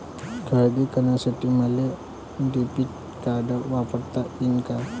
खरेदी करासाठी मले डेबिट कार्ड वापरता येईन का?